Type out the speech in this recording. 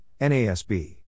NASB